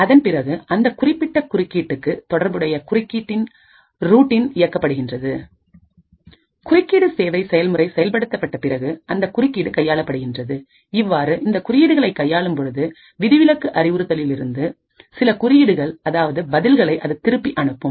அதன் பிறகு அந்த குறிப்பிட்ட குறுக்கீட்டுக்கு தொடர்புடைய குறுக்கீட்டு ரூட்டின் இயக்கப்படுகின்றது குறுக்கீடு சேவை செயல்முறை செயல்படுத்தப்பட்ட பிறகு அந்த குறுக்கீடு கையாளப்படுகின்றது இவ்வாறு இந்த குறுக்கீடுகளை கையாளும் பொழுது விதிவிலக்கு அறிவுறுத்தலின் இருந்து சில குறியீடுகள் அதாவது பதில்களை அது திருப்பி அனுப்பும்